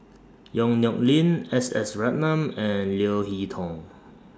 Yong Nyuk Lin S S Ratnam and Leo Hee Tong